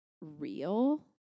real